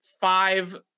five